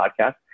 podcast